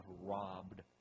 robbed